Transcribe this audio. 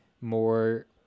more